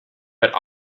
but